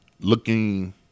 looking